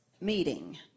meeting